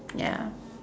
ya